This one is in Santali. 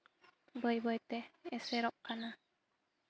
ᱵᱟᱹᱭ ᱵᱟᱹᱭ ᱛᱮ ᱮᱥᱮᱨᱚᱜ ᱠᱟᱱᱟ